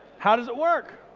how does it work?